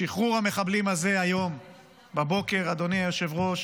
שחרור המחבלים הזה היום בבוקר, אדוני היושב-ראש,